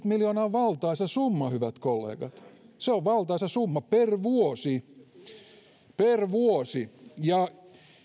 miljoonaa on valtaisa summa hyvät kollegat se on valtaisa summa per vuosi per vuosi ja